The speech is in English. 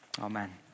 Amen